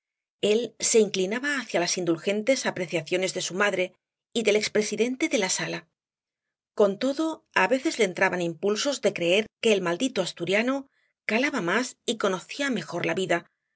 el se inclinaba hacia las indulgentes apreciaciones de su madre y del ex presidente de sala con todo á veces le entraban impulsos de creer que el maldito asturiano calaba más y conocía mejor la vida